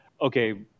okay